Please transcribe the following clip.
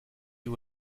you